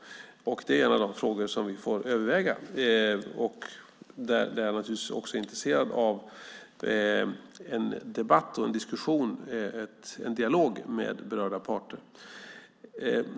Det är en av de frågor som vi får överväga och där jag naturligtvis är intresserad av en diskussion och dialog med berörda parter.